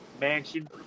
mansion